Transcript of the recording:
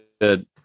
good